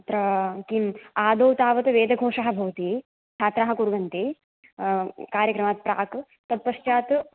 तत्र किं आदौ तावत् वेदघोषः भवति छात्राः कुर्वन्ति कार्यक्रमात् प्राक् तत्पश्चात्